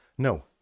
No